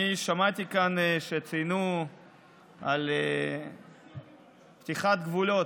שמעתי שדיברו על פתיחת גבולות.